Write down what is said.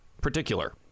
particular